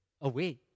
away